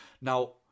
Now